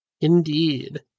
Indeed